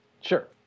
sure